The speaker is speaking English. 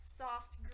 soft